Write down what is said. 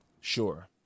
Sure